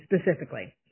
specifically